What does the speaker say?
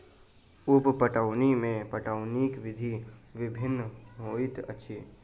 उप पटौनी मे पटौनीक विधि भिन्न होइत अछि